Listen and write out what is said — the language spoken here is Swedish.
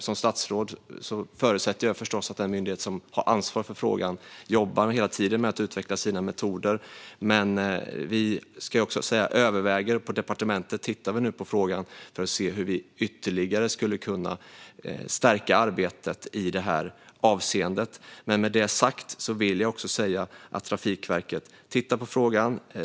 Som statsråd förutsätter jag förstås att den myndighet som har ansvar för frågan hela tiden jobbar med att utveckla sina metoder. Jag ska dock också säga att vi på departementet tittar på frågan för att se hur vi ytterligare skulle kunna stärka arbetet i det här avseendet. Men med detta sagt vill jag också säga att Trafikverket tittar på frågan.